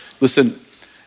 Listen